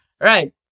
Right